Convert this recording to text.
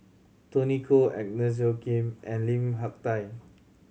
Tony Khoo Agnes Joaquim and Lim Hak Tai